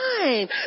time